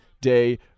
Day